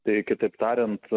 tai kitaip tariant